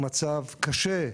במצב קשה,